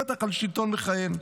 בטח על שלטון מכהן.